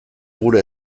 gure